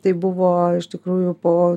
tai buvo iš tikrųjų po